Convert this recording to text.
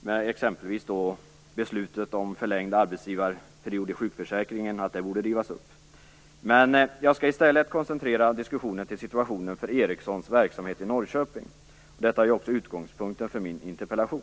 där det står exempelvis att beslutet om förlängd arbetsgivarperiod i sjukförsäkringen borde rivas upp. Jag skall i stället koncentrera diskussionen till situationen för Ericssons verksamhet i Norrköping. Detta är också utgångspunkten för min interpellation.